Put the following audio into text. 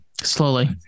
slowly